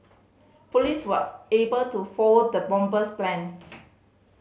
police were able to foil the bomber's plan